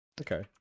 Okay